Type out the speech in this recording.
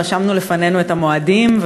רשמנו לפנינו את המועדים,